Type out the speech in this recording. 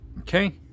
Okay